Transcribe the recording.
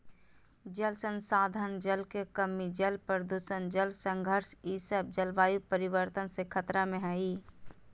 जल संसाधन, जल के कमी, जल प्रदूषण, जल संघर्ष ई सब जलवायु परिवर्तन से खतरा में हइ